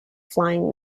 flying